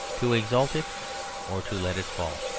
to exalt it or to let it fall.